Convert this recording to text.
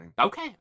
Okay